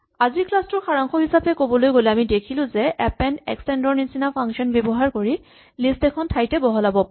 আজিৰ ক্লাচ টোৰ সাৰাংশ হিচাপে ক'বলৈ গ'লে আমি দেখিলো যে আমি এপেন্ড এক্সটেন্ড ৰ নিচিনা ফাংচন ব্যৱহাৰ কৰি লিষ্ট এখন ঠাইতে বহলাব পাৰো